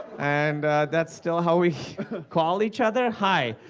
and that's still how we call each other? hi.